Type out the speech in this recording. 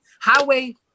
Highway